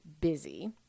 busy